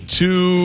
two